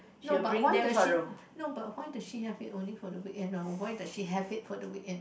no but why does she no but why does she have it only for the weekend no why does she have it on the weekend